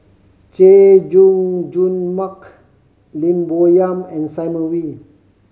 Chay Jung Jun Mark Lim Bo Yam and Simon Wee